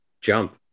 jump